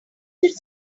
should